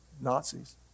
Nazis